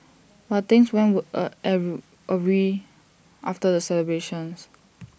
but things went were A awry after the celebrations